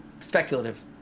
speculative